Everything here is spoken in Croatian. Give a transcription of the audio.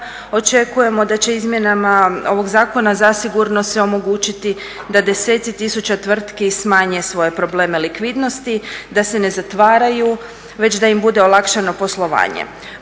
očekujemo da će izmjenama ovog zakona zasigurno se omogućiti da deseci tisuća tvrtki smanje svoje probleme likvidnosti, da se ne zatvaraju već da im bude olakšano poslovanje.